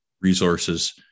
resources